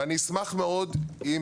ואני אשמח מאוד אם